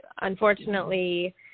unfortunately